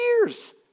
years